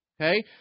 Okay